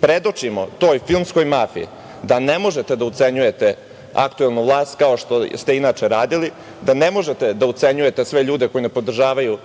predočimo toj filmskoj mafiji, da ne možete da ucenjujete aktuelnu vlast, kao što ste inače radili, da ne možete da ucenjujete sve ljude koji ne podržavaju